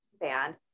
band